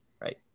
right